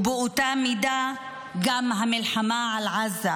ובאותה מידה גם המלחמה על עזה